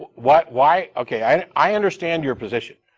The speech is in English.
but what, why. ok i, and i, i understand your position.